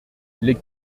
les